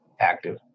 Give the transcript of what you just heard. active